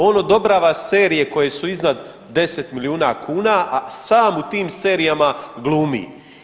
On odobrava serije koje su iznad 10 milijuna kuna, a sam u tim serijama glumi.